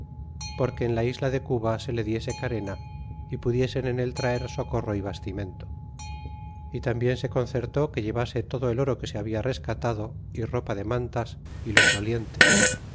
porque en la isla de cuba se diese carena y pudiesen en él traer socorro é bastimento y tambien se concertó que llevase todo el oro que se habla rescatado y ropa de mantas y los dolienes